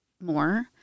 more